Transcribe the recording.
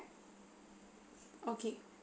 okay